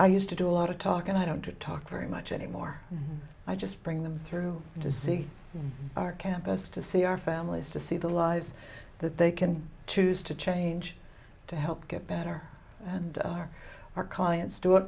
i used to do a lot of talk and i don't talk very much anymore i just bring them through to see our campus to see our families to see the lives that they can choose to change to help get better and are our clients do